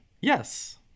Yes